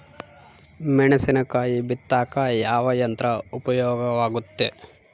ಮೆಣಸಿನಕಾಯಿ ಬಿತ್ತಾಕ ಯಾವ ಯಂತ್ರ ಉಪಯೋಗವಾಗುತ್ತೆ?